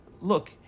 Look